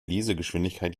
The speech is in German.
lesegeschwindigkeit